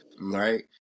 right